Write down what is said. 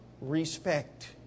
respect